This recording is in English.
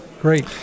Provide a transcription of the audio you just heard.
great